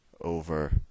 over